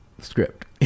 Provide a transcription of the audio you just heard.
script